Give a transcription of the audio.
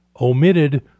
omitted